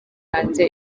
hanze